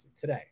today